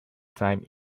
time